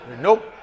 Nope